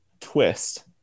twist